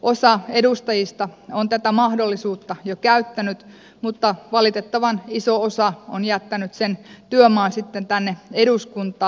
osa edustajista on tätä mahdollisuutta jo käyttänyt mutta valitettavan iso osa on jättänyt sen työmaan sitten tänne eduskuntaan